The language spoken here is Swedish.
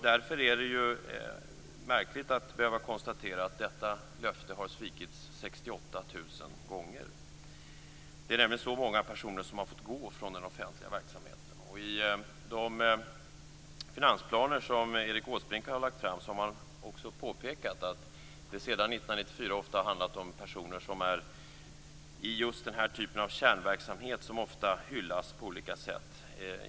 Därför är det märkligt att behöva konstatera att detta löfte har svikits 68 000 gånger. Så många personer har nämligen fått gå från den offentliga verksamheten. I de finansplaner som Erik Åsbrink har lagt fram har man också påpekat att det sedan 1994 ofta har handlat om personer i just den typ av kärnverksamhet som ofta hyllas på olika sätt.